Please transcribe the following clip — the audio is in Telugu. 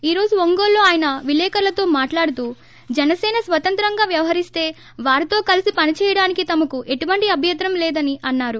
ఈ రోజు ఒంగోలులో ఆయన విలేకరులతో మాట్లాడుతూ జనసీన స్వతంత్రంగా వ్యవహరిస్త వారితో కలిసి పనిచేయడానికి తామకు ఎటువంటి అభ్యంతరం లేదని అన్నారు